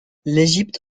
l’égypte